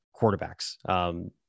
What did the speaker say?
quarterbacks